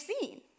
seen